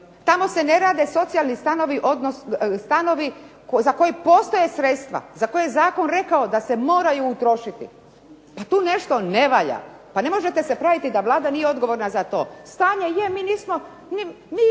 Tamo se ne rade socijalni stanovi za koje postoje sredstva, za koje je zakon rekao da se moraju utrošiti. Pa tu nešto ne valja, pa ne možete se praviti da Vlada nije odgovorna za to. Stanje je, mi se